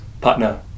Partner